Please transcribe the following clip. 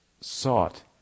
sought